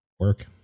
Work